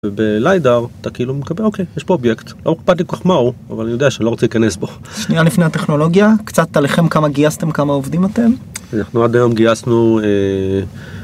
בליידר אתה כאילו מקבל, אוקיי יש פה אובייקט, לא אכפת לי כל כך מהו, אבל אני יודע שלא רוצה להיכנס בו. שנייה לפני הטכנולוגיה, קצת עליכם כמה גייסתם, כמה עובדים אתם? אנחנו עד היום גייסנו...